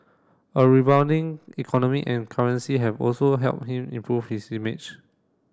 a rebounding economy and currency have also helped him improve his image